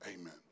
Amen